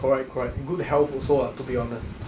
correct correct good health also ah to be honest